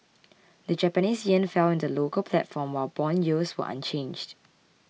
the Japanese yen fell in the local platform while bond yields were unchanged